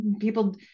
people